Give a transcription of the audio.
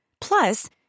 Plus